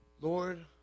Lord